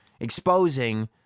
Exposing